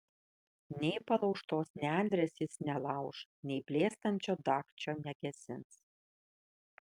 nei palaužtos nendrės jis nelauš nei blėstančio dagčio negesins